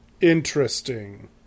Interesting